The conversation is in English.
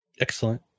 Excellent